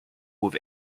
with